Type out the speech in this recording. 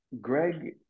Greg